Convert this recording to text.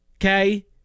okay